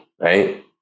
right